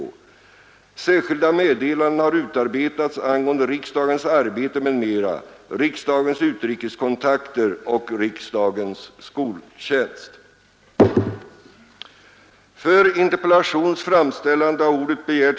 Särskilda meddelanden har utarbetats angående riksdagens arbete m.m., riksdagens utrikeskontakter och riksdagens skoltjänst.